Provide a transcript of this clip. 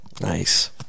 Nice